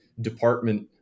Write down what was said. department